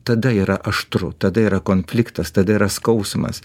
tada yra aštru tada yra konfliktas tada yra skausmas